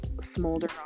smolder